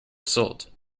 assault